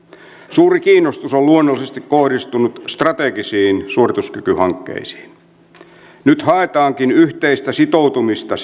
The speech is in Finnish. suuri kiinnostus on luonnollisesti kohdistunut strategisiin suorituskykyhankkeisiin nyt haetaankin yhteistä sitoutumista